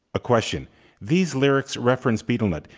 a question these lyrics reference betel nut.